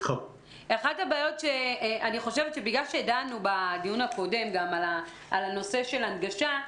אחת הבעיות אני חושבת שבגלל שדנו בדיון הקודם על הנושא של הנגשה,